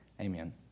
Amen